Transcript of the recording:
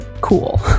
cool